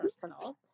personal